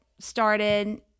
started